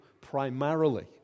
primarily